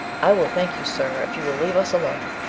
i will thank you, sir, if you will leave us alone.